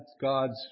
God's